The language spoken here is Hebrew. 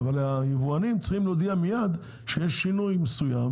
אבל היבואנים צריכים להודיע מייד שיש שינוי מסוים